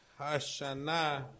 Hashanah